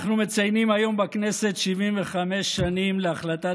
אנחנו מציינים היום בכנסת 75 שנים להחלטת